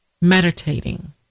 meditating